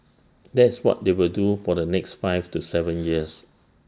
that's what they will do for the next five to Seven years